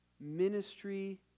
ministry